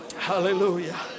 Hallelujah